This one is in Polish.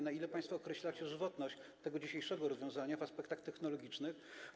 Na ile państwo określacie żywotność tego dzisiejszego rozwiązania w aspektach technologicznych?